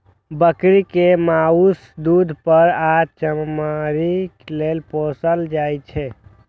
बकरी कें माउस, दूध, फर आ चमड़ी लेल पोसल जाइ छै